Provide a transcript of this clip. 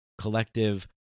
collective